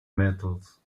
metals